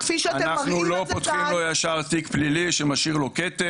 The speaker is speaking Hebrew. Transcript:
אנחנו לא פותחים לו ישר תיק פלילי שמשאיר לו כתם.